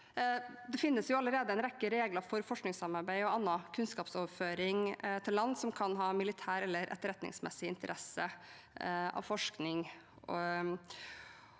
Det finnes allerede en rekke regler for forskningssamarbeid og annen kunnskapsoverføring til land som kan ha militær eller etterretningsmessig interesse av forskning.